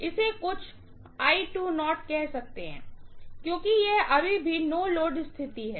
इसे कुछ कह सकते हैं क्योंकि यह अभी भी नो लोड स्थिति है